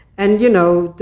and you know,